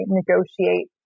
negotiate